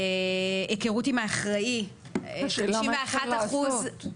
היכרות עם האחראי -- השאלה מה אפשר לעשות?